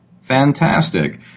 fantastic